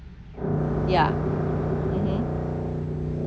ya mmhmm